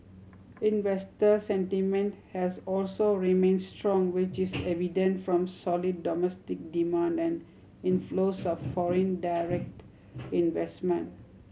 investor sentiment has also remained strong which is evident from solid domestic demand and inflows of foreign direct investment